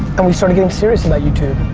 and we started getting serious about youtube,